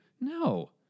No